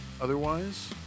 Otherwise